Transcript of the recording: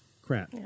crap